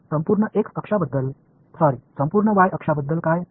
संपूर्ण x अक्षाबद्दल sorry संपूर्ण y अक्षांबद्दल काय